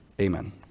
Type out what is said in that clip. Amen